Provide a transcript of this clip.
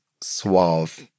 suave